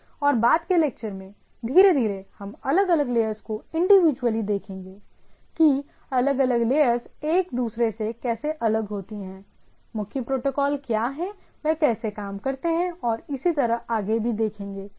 और बाद के लेक्चर में धीरे धीरे हम अलग अलग लेयर्स को इंडिविजुअली देखेंगे कि अलग अलग लेयर्स एक दूसरे से कैसे अलग होती हैं मुख्य प्रोटोकॉल क्या हैं वे कैसे काम करते हैं और इसी तरह आगे भी देखेंगे राइट